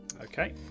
Okay